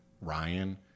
Ryan